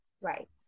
Right